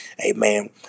amen